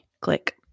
Click